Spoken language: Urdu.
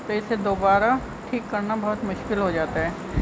تو اسے دوبارہ ٹھیک کرنا بہت مشکل ہو جاتا ہے